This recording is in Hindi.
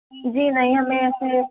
जी नहीं हमें ऐसे